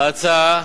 ההצעה